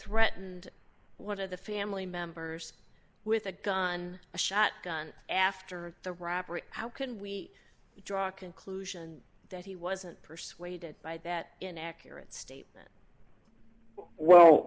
threatened what are the family members with a gun a shotgun after the robbery how can we draw a conclusion that he wasn't persuaded by that inaccurate statement well